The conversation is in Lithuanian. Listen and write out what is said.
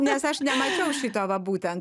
nes aš nemačiau šito va būtent